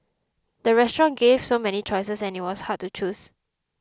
the restaurant gave so many choices that it was hard to choose